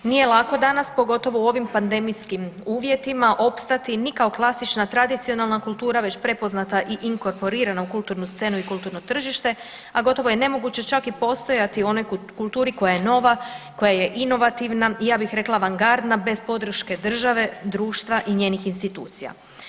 Nije lako danas pogotovo u ovim pandemijskim uvjetima opstati i mi kao klasična, tradicionalna kultura već prepoznata i inkorporirana u kulturnu scenu i kulturno tržište, a gotovo je nemoguće čak i postojati u onoj kulturi koja je nova, koja je inovativna i ja bih rekla avangardna bez podrške države, društva i njenih institucija.